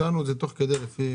שאלתי שאלות תוך כדי.